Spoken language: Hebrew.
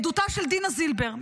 עדותה של דינה זילבר,